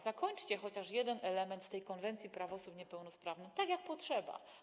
Zakończcie chociaż jeden element z tej konwencji praw osób niepełnosprawnych tak jak trzeba.